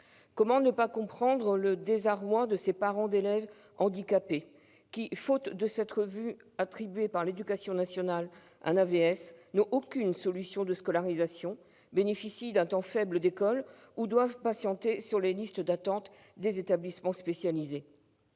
Comment ne pas comprendre le désarroi de ces parents d'élèves handicapés qui, faute de s'être vu attribuer un AVS par l'éducation nationale, n'ont aucune solution de scolarisation, ne font bénéficier leur enfant que d'un temps d'école faible ou doivent patienter sur les listes d'attente des établissements spécialisés ?